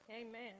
Amen